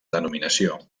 denominació